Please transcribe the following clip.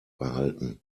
behalten